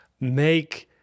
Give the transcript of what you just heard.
Make